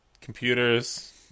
computers